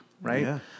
right